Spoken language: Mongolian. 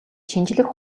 шинжлэх